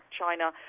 China